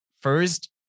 first